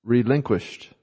Relinquished